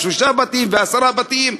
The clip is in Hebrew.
שלושה בתים ועשרה בתים.